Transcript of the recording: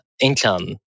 income